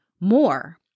more